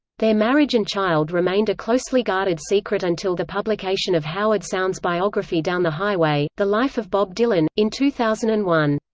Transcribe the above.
their marriage and child remained a closely guarded secret until the publication of howard sounes' biography down the highway the life of bob dylan, in two thousand and one.